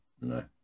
no